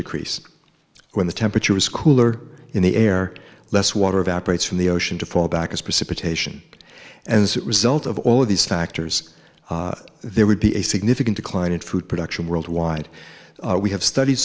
decrease when the temperature was cooler in the air less water evaporates from the ocean to fall back as precipitation as a result of all of these factors there would be a significant decline in food production worldwide we have studie